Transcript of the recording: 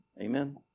Amen